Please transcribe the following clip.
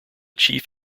chief